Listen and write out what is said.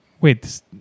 wait